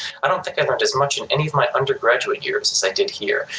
i don't think i've learned as much in any of my undergraduate years as i did here,